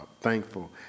thankful